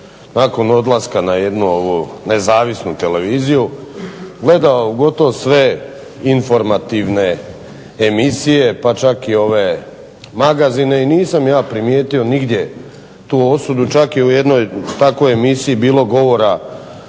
nakon odlaska na jednu nezavisnu televiziju gledao gotovo sve informativne emisije pa čak i ove magazine i nisam ja primijetio nigdje tu osudu. Čak je u jednoj takvoj emisiji bilo govora